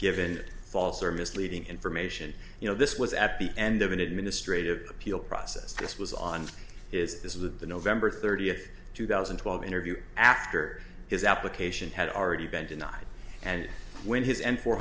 given false or misleading information you know this was at the end of an administrative appeal process this was on is this with the november thirtieth two thousand and twelve interview after his application had already been denied and when his m four